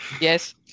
Yes